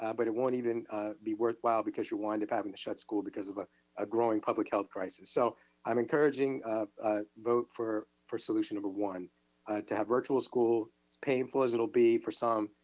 um but it won't even be worthwhile because you wind up having to shut school because of ah a growing public health crisis. so i'm encouraging a vote for for solution number one to have virtual school, as painful as it will be for some,